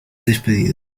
despedido